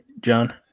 John